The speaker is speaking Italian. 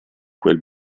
quel